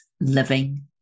Living